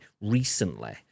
recently